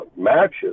matches